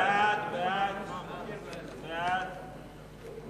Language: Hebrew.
רואים